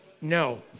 No